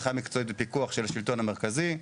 בהנחיה מקצועית ובפיקוח של השלטון המרכזי.